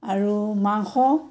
আৰু মাংস